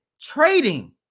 trading